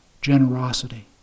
generosity